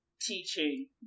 teaching